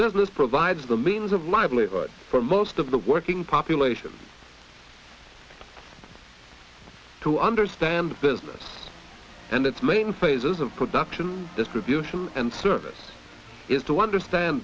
business provides the means of livelihood for most of the working population to understand the business and its main phases of production distribution and service is to understand